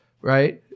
right